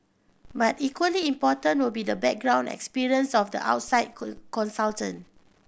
but equally important will be the background experience of the outside consultant